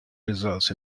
result